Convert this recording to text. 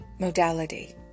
Modality